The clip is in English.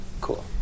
cool